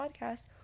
podcast